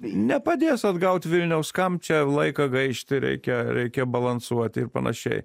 nepadės atgaut vilniaus kam čia laiką gaišti reikia reikia balansuoti ir panašiai